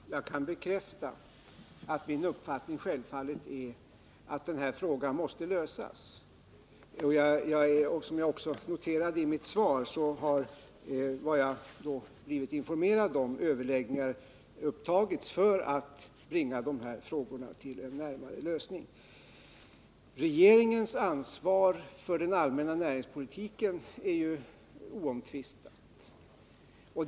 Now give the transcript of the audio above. Nr 147 Herr talman! Jag kan bekräfta att min uppfattning självfallet är att den här Tisdagen den frågan måste lösas. Som jag också noterade i mitt svar har jag blivit 20 maj 1980 informerad om att överläggningar upptagits för att bringa de här frågorna närmare en lösning. Om NCB:s såg Regeringens ansvar för den allmänna näringspolitiken är oomtvistat.